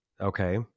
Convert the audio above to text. Okay